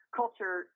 culture